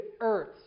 earth